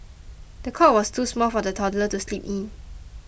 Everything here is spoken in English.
the cot was too small for the toddler to sleep in